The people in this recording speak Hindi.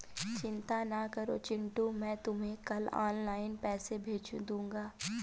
चिंता ना करो चिंटू मैं तुम्हें कल ऑनलाइन पैसे भेज दूंगा